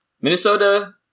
minnesota